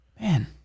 Man